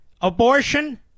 abortion